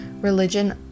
religion